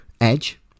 Edge